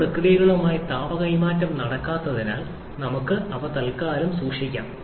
രണ്ട് പ്രക്രിയകളുമായി താപ കൈമാറ്റം നടക്കാത്തതിനാൽ നമുക്ക് അവ തൽക്കാലം സൂക്ഷിക്കാം